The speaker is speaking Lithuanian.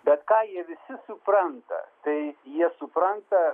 bet ką jie visi supranta tai jie supranta